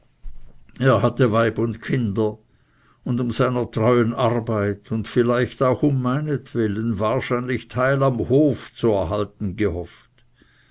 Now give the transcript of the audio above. er hatte weib und kinder und um seiner treuen arbeit und vielleicht auch um meinetwillen wahrscheinlich teil am hof zu erhalten gehofft